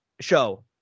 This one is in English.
Show